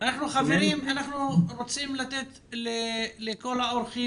אנחנו רוצים לתת את רשות הדיבור לכל המשתתפים